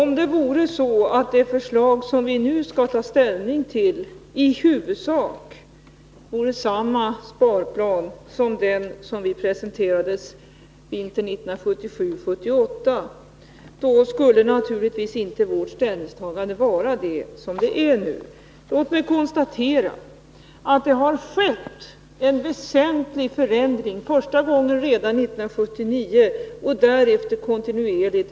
Herr talman! Om det förslag som vi nu skall ta ställning till vore i huvudsak samma sparplan som den vi presenterades vintern 1977-1978, skulle vårt ställningstagande naturligtvis inte vara sådant som det nu är. Låt mig för det första konstatera att det har skett väsentliga förändringar, första gången redan 1979 och därefter kontinuerligt.